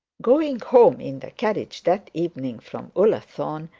going home in the carriage that evening from ullathorne,